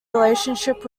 relationship